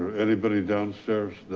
anybody downstairs?